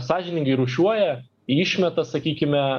sąžiningai rūšiuoja išmeta sakykime